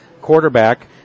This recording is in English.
quarterback